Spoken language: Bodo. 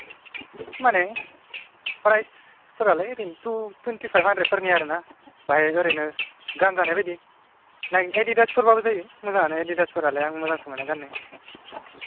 माने फ्राइसफोरालाय ओरैनोथ' टुवेन्टिफाइभ हानद्रेदफोरनि आरोना बाहाय ओरैनो गानजानाय बायदि एदिदासफोरबाबो जायो मोजांआनो एदिदासफोरालाय आं मोजांसो मोनो गान्नो